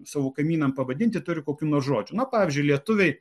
savo kaimynam pavadinti turi kokių nors žodžių na pavyzdžiui lietuviai